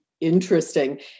interesting